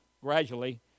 gradually